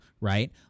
right